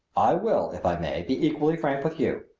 i will, if i may, be equally frank with you.